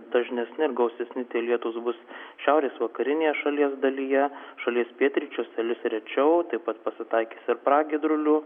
dažnesni ir gausesni lietūs bus šiaurės vakarinėje šalies dalyje šalies pietryčiuose lis rečiau taip pat pasitaikys ir pragiedrulių